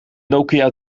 nokia